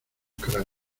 cráter